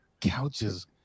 couches